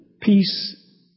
peace